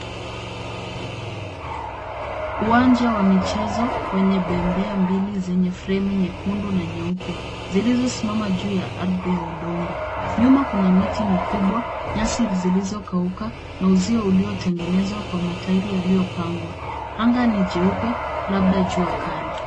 Uwanja wa michezo wenye bembea mbili zenye fremu nyekundu na nyeupe, zilizosimama juu ya ardhi ya udongo, nyuma kuna miti mikubwa, nyasi zilizokauka na uzio uliotengenezwa kwa matairi yaliyopangwa, anga ni jeupe, labda jua kali.